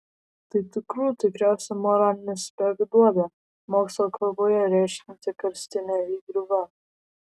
tai tikrų tikriausia moralinė smegduobė mokslo kalboje reiškianti karstinę įgriuvą